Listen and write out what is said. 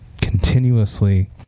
continuously